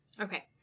Okay